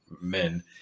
men